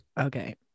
Okay